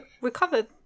recovered